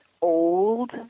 old